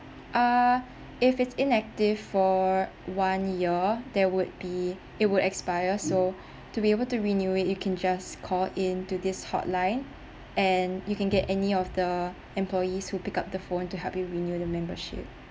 ah if it's inactive for one year there would be it would expire so to be able to renew it you can just call in to this hotline and you can get any of the employees who pick up the phone to help you renew the membership